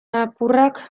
apurrak